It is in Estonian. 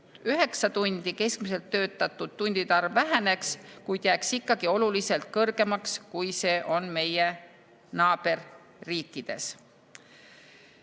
1699 tundi. Keskmiselt töötatud tundide arv väheneks, kuid jääks ikkagi oluliselt kõrgemaks, kui see on meie naaberriikides.